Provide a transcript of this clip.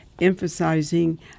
emphasizing